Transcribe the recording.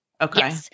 Okay